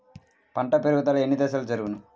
పంట పెరుగుదల ఎన్ని దశలలో జరుగును?